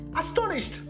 astonished